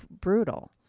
brutal